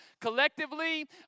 collectively